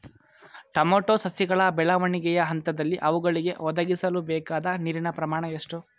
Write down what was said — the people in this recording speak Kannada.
ಟೊಮೊಟೊ ಸಸಿಗಳ ಬೆಳವಣಿಗೆಯ ಹಂತದಲ್ಲಿ ಅವುಗಳಿಗೆ ಒದಗಿಸಲುಬೇಕಾದ ನೀರಿನ ಪ್ರಮಾಣ ಎಷ್ಟು?